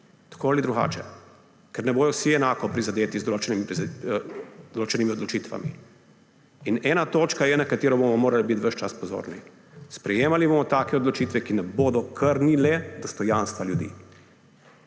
tako ali drugače, ker ne bodo vsi enako prizadeti z določenimi odločitvami. In ena točka je, na katero bomo morali biti ves čas pozorni, sprejemali bomo take odločitve, da ne bodo krnile dostojanstva ljudi.